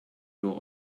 door